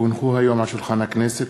כי הונחו היום על שולחן הכנסת,